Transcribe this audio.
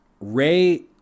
Ray